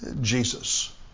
Jesus